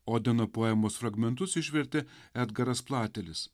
odeno poemos fragmentus išvertė edgaras platelis